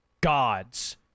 gods